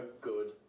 good